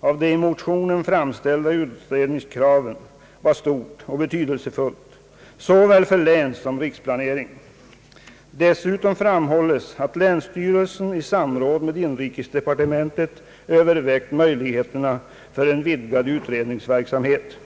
att tillgodose de i motionen framställda utredningskraven är stort och betydelsefullt såväl för länssom riksplanering. Dessutom framhålles att länsstyrelsen i samråd med inrikesdepartementet övervägt möjligheterna för en vidgad utredningsverksamhet.